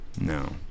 No